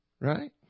Right